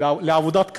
לעבודת קטיף,